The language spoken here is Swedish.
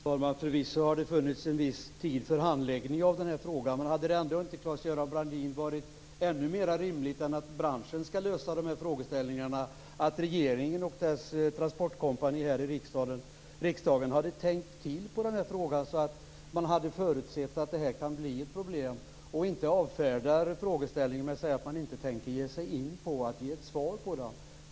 Fru talman! Förvisso har det funnits en viss tid för handläggning av den här frågan. Hade det ändå inte, Claes-Göran Brandin, varit mer rimligt att regeringen och dess transportkompani här i riksdagen hade tänkt till i frågan än att låta branschen lösa problemen? Då hade man kunnat förutse att detta kunde bli ett problem i stället för att avfärda frågan med att säga att man inte tänker ge sig in på ett svar på den.